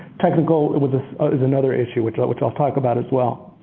technical is another issue which like which i'll talk about as well.